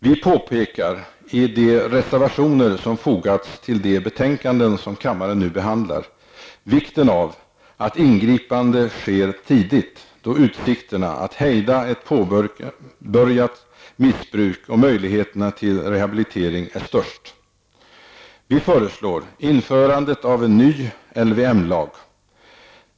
Vi påpekar, i de reservationer som fogats till de betänkanden som kammaren nu behandlar, vikten av att ingripande sker tidigt, då utsikterna att hejda ett påbörjat missbruk och möjligheterna till rehabilitering är störst. Vi föreslår införande av en ny LVM-lag.